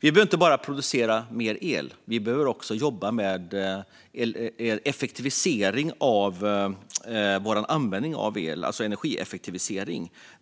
Vi behöver inte bara producera mer el; vi behöver också jobba med en effektivisering av vår användning av el, det vill säga energieffektivisering.